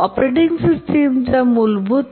operating सिस्टमच्या या मूलभूत